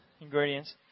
ingredients